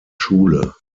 schule